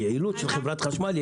היעילות של חברת החשמל,